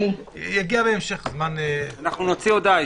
נוציא הודעה.